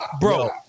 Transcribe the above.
Bro